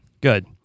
Good